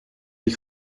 ich